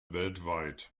weltweit